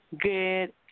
Good